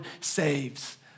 saves